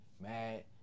mad